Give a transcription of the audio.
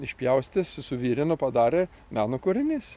išpjaustė suvirino padarė meno kūrinys